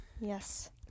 Yes